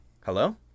Hello